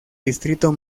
distrito